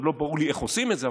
עוד לא ברור לי איך עושים את זה,